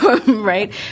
Right